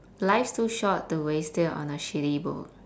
life's too short to waste it on a shitty book